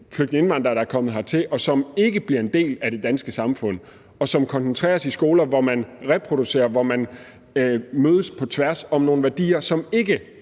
flygtninge og indvandrere, der er kommet hertil og ikke bliver en del af det danske samfund, og som koncentreres i skoler, hvor man reproducerer og mødes på tværs om nogle værdier, som ikke